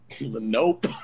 Nope